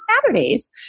Saturdays